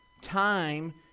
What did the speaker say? Time